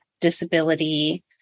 disability